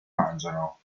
mangiano